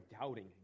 doubting